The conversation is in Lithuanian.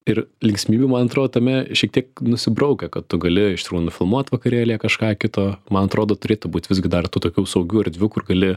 ir linksmybių man atrodo tame šiek tiek nusibraukia kad tu gali iš tikrųjų nufilmuot vakarėlyje kažką kito man atrodo turėtų būti visgi dar tų tokių saugių erdvių kur gali